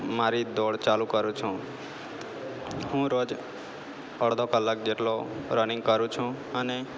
મારી દોડ ચાલુ કરું છું હું રોજ અડધો કલાક જેટલો રનિંગ કરું છું અને